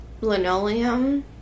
linoleum